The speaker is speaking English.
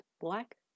black